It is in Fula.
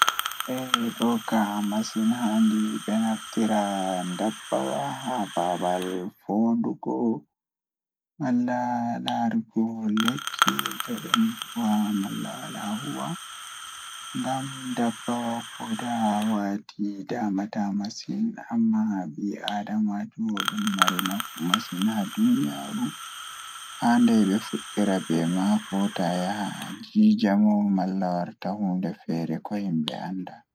Eh ɗokam masin handi naftira be ndabbawa Ko feewi e waɗtude goɗɗe tawa e jeyaaɗe? Ko oon feewi, tawa woɗɓe ummora ɗum, ko haɓo e miijeele e haɓɓuɓe. Kono, to no ɓuri fayde e hokkunde ngoodi goɗɗi e darnde, ko oon feewi e famɗe waawɗi. E hoore mum, ɗum waɗi ko haɓɓo e laawol humɓe e dakkunde lefi ɗi na'i, tawa no woodi ɗum e sariya ndiyam tawa neɗɗo